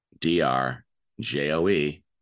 D-R-J-O-E